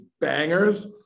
bangers